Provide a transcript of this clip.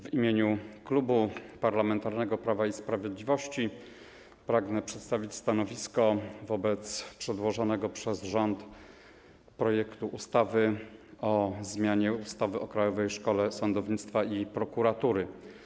W imieniu Klubu Parlamentarnego Prawo i Sprawiedliwość pragnę przedstawić stanowisko wobec przedłożonego przez rząd projektu ustawy o zmianie ustawy o Krajowej Szkole Sądownictwa i Prokuratury.